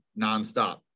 nonstop